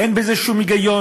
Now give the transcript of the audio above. אין בזה שום היגיון.